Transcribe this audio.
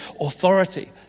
authority